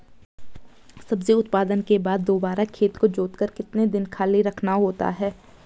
सब्जी उत्पादन के बाद दोबारा खेत को जोतकर कितने दिन खाली रखना होता है?